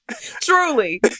Truly